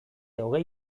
hogei